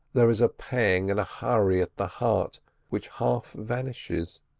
there is a pang and hurry at the heart which half vanishes,